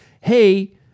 hey